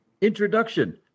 introduction